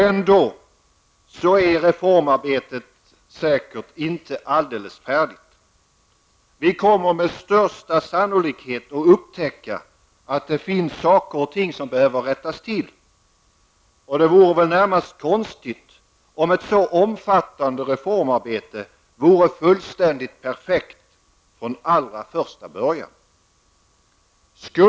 Ändå är reformarbetet säkert inte alldeles färdigt. Vi kommer med största sannolikhet att upptäcka att det finns saker och ting som behöver rättas till. Det vore väl närmast konstigt om ett så omfattande reformarbete skulle vara fullständigt perfekt från allra första början.